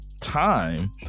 time